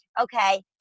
okay